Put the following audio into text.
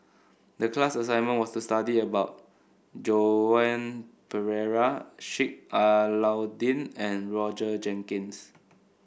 the class assignment was to study about Joan Pereira Sheik Alau'ddin and Roger Jenkins